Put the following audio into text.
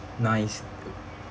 nice